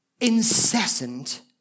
incessant